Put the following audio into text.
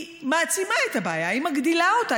היא מעצימה את הבעיה, היא מגדילה אותה.